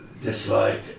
dislike